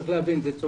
צריך להבין שזה צומח.